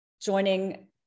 joining